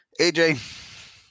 AJ